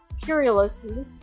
Curiously